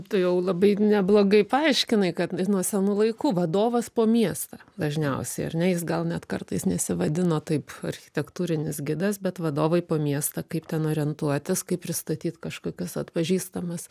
tu jau labai neblogai paaiškinai kad nuo senų laikų vadovas po miestą dažniausiai ar ne jis gal net kartais nesivadina taip architektūrinis gidas bet vadovai po miestą kaip ten orientuotis kaip pristatyt kažkokias atpažįstamas